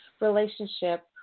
relationship